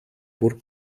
бүр